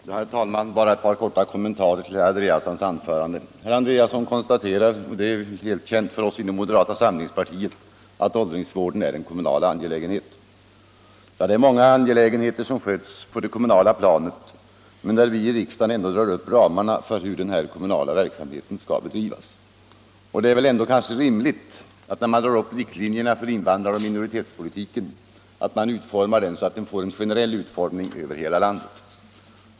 Herr talman! Bara ett par korta kommentarer till herr Andréassons i Falkenberg anförande. Herr Andréasson konstaterar, och det är ju välkänt för oss inom moderata samlingspartiet, att åldringsvården är en kommunal angelägenhet. Ja, det är många angelägenheter som sköts på det kommunala planet men där vi i riksdagen ändå drar upp ramarna för hur verksamheten skall bedrivas. Och när man drar upp riktlinjerna för invandraroch minoritetspolitiken är det väl ändå rimligt att man utformar den så att den blir gällande generellt över hela landet.